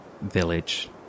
village